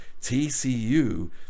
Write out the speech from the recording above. tcu